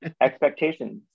Expectations